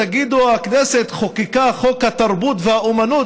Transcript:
תגידו: הכנסת חוקקה חוק התרבות והאומנות,